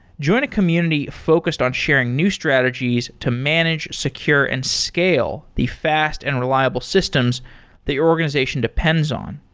join a community focused on sharing new strategies to manage secure and scale the fast and reliable systems that your organization depends on.